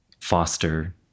foster